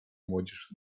młodzież